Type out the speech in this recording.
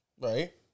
right